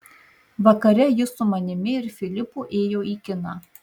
vakare jis su manimi ir filipu ėjo į kiną